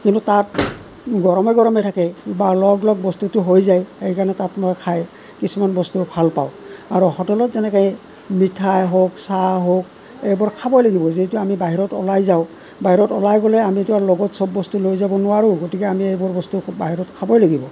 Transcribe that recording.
কিন্তু তাত গৰমে গৰমে থাকে বা লগালগ বস্তুটো হৈ যায় সেইকাৰণে তাত মই খায় কিছুমান বস্তু ভাল পাওঁ আৰু হোটেলত যেনেকৈ এই মিঠাই হওঁক চাহ হওঁক এইবোৰ খাবই লাগিব যিহেতু আমি বাহিৰত ওলাই যাওঁ বাহিৰত ওলাই গ'লে আমিটো আৰু লগত চব বস্তু লৈ যাব নোৱাৰোঁ গতিকে আমি এইবোৰ বস্তু বাহিৰত খাবই লাগিব